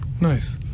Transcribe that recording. Nice